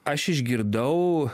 aš išgirdau